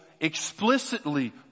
explicitly